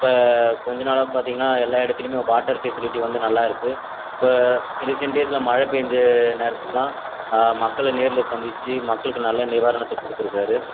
இப்போ கொஞ்ச நாளாக பார்த்தீங்கனா எல்லா இடத்துலையுமே வாட்டர் ஃபெசிலிட்டி வந்து நல்லா இருக்குது இப்போ ரீசென்ட் டேஸில் மழை பெஞ்ச நேரத்துலலாம் மக்களை நேரில் சந்தித்து மக்களுக்கு நல்ல நிவாரணத்தை கொடுத்துருக்காரு